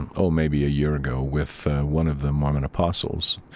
and oh, maybe a year ago with one of the mormon apostles,